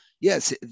Yes